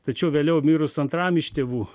tačiau vėliau mirus antram iš tėvų